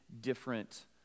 different